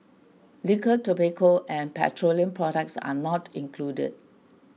liquor tobacco and petroleum products are not included